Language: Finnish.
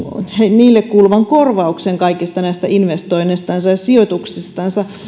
niille kuuluvan korvauksen kaikista näistä investoinneistansa ja sijoituksistansa